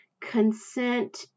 consent